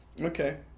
Okay